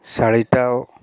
শাড়িটাও